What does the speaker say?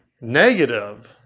negative